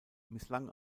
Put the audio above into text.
misslang